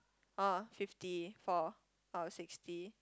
orh fifty four or sixty